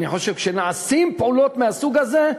אני חושב שכשנעשות פעולות מהסוג הזה,